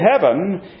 heaven